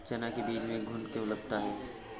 चना के बीज में घुन क्यो लगता है?